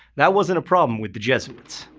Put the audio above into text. that wasn't a problem with the jesuits.